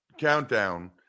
Countdown